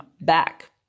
back